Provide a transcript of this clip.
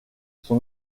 son